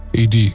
AD